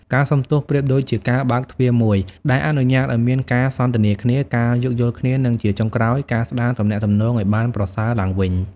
ការសុំទោសប្រៀបដូចជាការបើកទ្វារមួយ ដែលអនុញ្ញាតឱ្យមានការសន្ទនាគ្នា ការយោគយល់គ្នា និងជាចុងក្រោយ ការស្ដារទំនាក់ទំនងឱ្យបានប្រសើរឡើងវិញ។